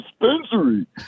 dispensary